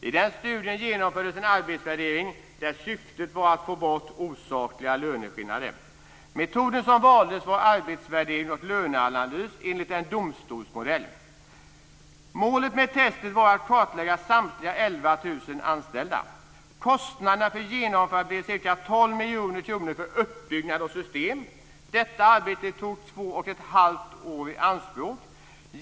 I den studien genomfördes en arbetsvärdering där syftet var att få bort osakliga löneskillnader. Metoden som valdes var arbetsvärdering och löneanalys enligt en domstolsmodell. Målet med testet var att kartlägga samtliga 11 000 anställda. Kostnaderna för genomförandet blev ca 12 miljoner kronor för uppbyggnad av system. Detta arbete tog två och ett halvt år i anspråk.